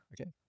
Okay